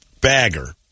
bagger